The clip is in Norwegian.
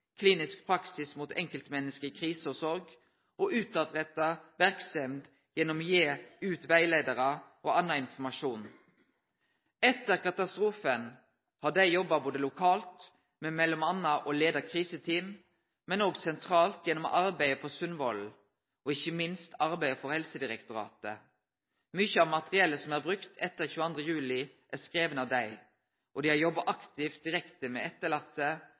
klinisk praksis mot enkeltmenneske i krise og sorg og utetterretta verksemd gjennom å gi ut rettleiarar og annan informasjon. Etter katastrofen har dei jobba lokalt med m.a. å leie kriseteam, men òg sentralt gjennom arbeidet på Sundvolden og ikkje minst arbeidd for Helsedirektoratet. Mykje av materialet som er brukt etter 22. juli, er skrive av dei, og dei har jobba aktivt direkte med